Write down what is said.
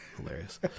hilarious